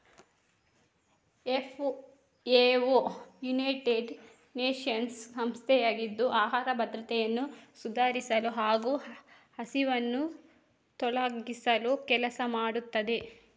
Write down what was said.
FAO United Nations ಸಂಸ್ಥೆಯಾಗಿದ್ದು ಆಹಾರ ಭದ್ರತೆಯನ್ನು ಸುಧಾರಿಸಲು ಹಾಗೂ ಹಸಿವನ್ನು ತೊಲಗಿಸಲು ಕೆಲಸ ಮಾಡುತ್ತದೆ